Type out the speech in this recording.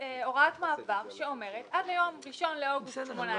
נאמר שהגמ"חים יוכלו להיכנס למסלול הזה עד ליום אחד באוגוסט 18'